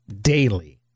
daily